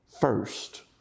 first